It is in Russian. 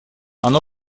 оно